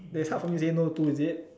that is hard for me to say no to is it